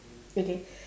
okay